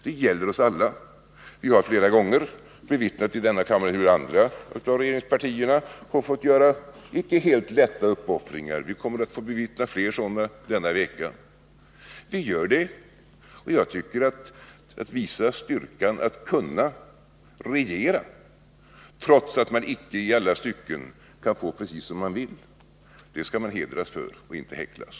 Vi har flera gånger i denna kammare bevittnat hur flera andra av regeringspartierna fått göra icke helt lätta uppoffringar. Vi kommer att få bevittna flera sådana denna vecka. Att visa styrkan att kunna regera trots att man icke i alla stycken kan få precis som man vill — för det skall man hedras och inte häcklas.